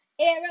arrow